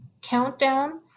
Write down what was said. countdown